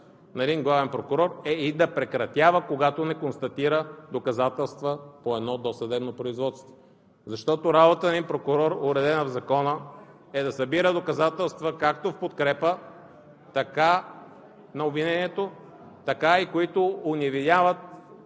на един главен прокурор е и да прекратява, когато не констатира доказателства по едно досъдебно производство. Защото работата на един прокурор, уредена в закона, е да събира доказателства както в подкрепа на обвинението, така и които оневиняват